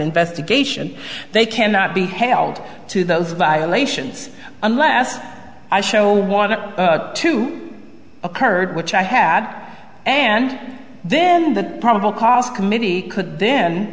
investigation they cannot be held to those violations unless i show want to occurred which i had and then the probable cause committee could then